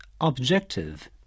objective